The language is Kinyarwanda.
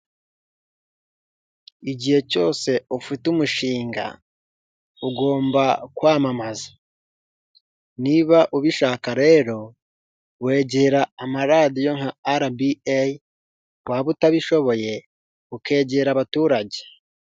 Igihe cyose ufite umushinga ugomba kwamamaza niba ubishaka rero wegera amaradiyo nka RBA waba utabishoboye ukegera abaturage.